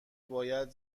باید